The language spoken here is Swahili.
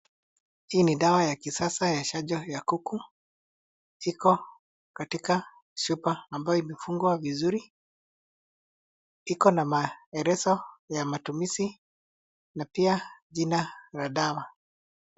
Hii ni dawa ya kisasa ya chanjo ya kuku . Iko katika chupa ambayo imefungwa vizuri. Iko na maelezo ya matumizi na pia jina la dawa.